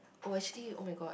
oh actually oh-my-god